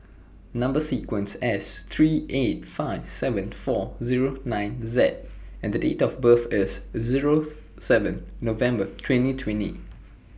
Number sequence S three eight five seven four Zero nine Z and Date of birth IS Zero seven November twenty twenty